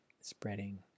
spreading